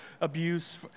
abuse